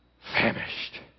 famished